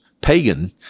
pagan